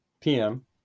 PM